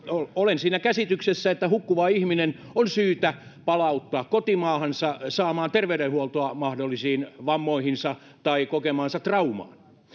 olen siinä käsityksessä että hukkuva ihminen on syytä palauttaa kotimaahansa saamaan terveydenhuoltoa mahdollisiin vammoihinsa tai kokemaansa traumaan